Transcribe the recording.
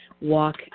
Walk